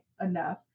enough